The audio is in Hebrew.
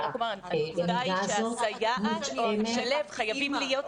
העניין הוא שהסייעת או המשלב חייבים להיות עם הילד.